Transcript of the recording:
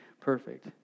perfect